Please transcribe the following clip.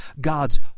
God's